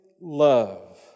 love